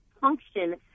function